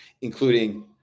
including